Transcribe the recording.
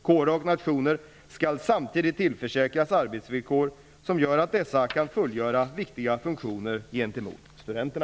Kårer och nationer skall samtidigt tillförsäkras arbetsvillkor som gör att dessa kan fullgöra viktiga funktioner gentemot studenterna.